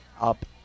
up